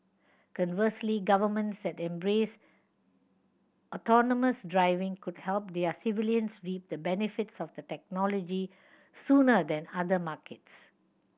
conversely governments that embrace autonomous driving could help their civilians reap the benefits of the technology sooner than other markets